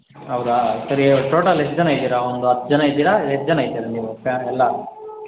ಹೌದಾ ಸರಿ ಟೋಟಲ್ ಎಷ್ಟು ಜನ ಇದ್ದೀರ ಒಂದು ಹತ್ತು ಜನ ಇದ್ದೀರ ಎಷ್ಟು ಜನ ಇದ್ದೀರ ನೀವು ಫ್ಯಾ ಎಲ್ಲ